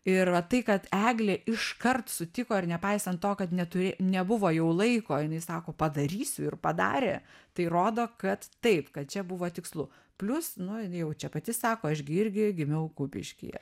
ir va tai kad eglė iškart sutiko ir nepaisant to kad neturė nebuvo jau laiko jinai sako padarysiu ir padarė tai rodo kad taip kad čia buvo tikslu plius nu jin jau čia pati sako aš gi irgi gimiau kupiškyje